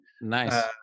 Nice